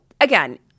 again